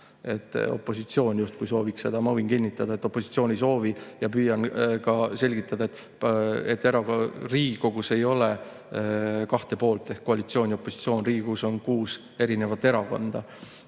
et opositsioon justkui soovib seda. Ma võin kinnitada, et opositsioon ei soovi. Ja püüan ka selgitada, et Riigikogus ei ole kahte poolt ehk koalitsioon ja opositsioon, Riigikogus on kuus erinevat erakonda.